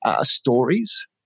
stories